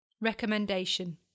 Recommendation